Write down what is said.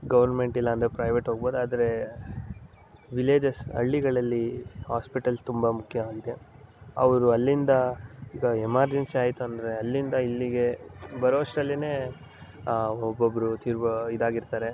government ಇಲ್ಲಂದರೆ private ಹೋಗ್ಬೋದು ಆದರೆ ವಿಲೇಜಸ್ ಹಳ್ಳಿಗಳಲ್ಲಿ ಆಸ್ಪೆಟಲ್ಸ್ ತುಂಬ ಮುಖ್ಯವಾಗಿದೆ ಅವರು ಅಲ್ಲಿಂದ ಈಗ ಎಮರ್ಜೆನ್ಸಿ ಆಯಿತು ಅಂದರೆ ಅಲ್ಲಿಂದ ಇಲ್ಲಿಗೆ ಬರುವಷ್ಟ್ರಲ್ಲೇನೆ ಒಬ್ಬೊಬ್ಬರು ತಿರು ಇದಾಗಿರ್ತಾರೆ